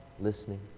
listening